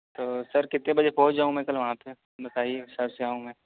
تو سر کتنے بجے پہنچ جاؤں میں کل وہاں پہ بتائیے اس حساب سے آؤں میں